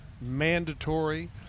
mandatory